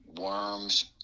Worms